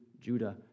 Judah